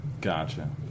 Gotcha